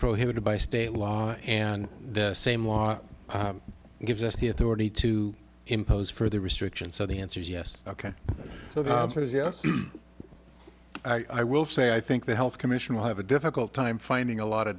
prohibited by state law and the same law gives us the authority to impose further restriction so the answer is yes ok so yes i will say i think the health commission will have a difficult time finding a lot of